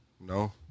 no